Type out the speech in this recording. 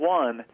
one